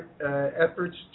efforts